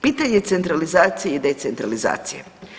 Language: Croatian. Pitanje centralizacije i decentralizacije.